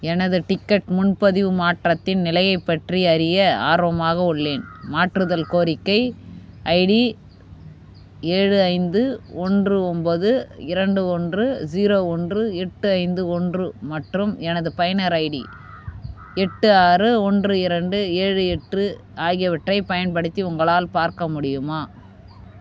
எனது டிக்கெட் முன்பதிவு மாற்றத்தின் நிலையைப் பற்றி அறிய ஆர்வமாக உள்ளேன் மாற்றுதல் கோரிக்கை ஐடி ஏழு ஐந்து ஒன்று ஒன்பது இரண்டு ஒன்று ஜீரோ ஒன்று எட்டு ஐந்து ஒன்று மற்றும் எனது பயனர் ஐடி எட்டு ஆறு ஒன்று இரண்டு ஏழு எட்டு ஆகியவற்றைப் பயன்படுத்தி உங்களால் பார்க்க முடியுமா